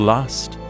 Last